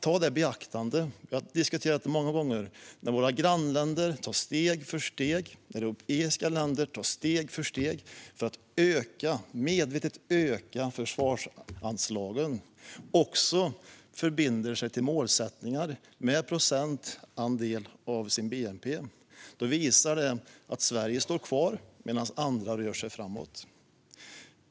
Ta i beaktande - vi har diskuterat det många gånger - att våra grannländer och europeiska länder tar steg för steg för att medvetet öka försvarsanslagen och också förbinder sig till målsättningar med procentandel av sin bnp. Det visar att Sverige står kvar medan andra rör sig framåt.